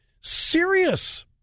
serious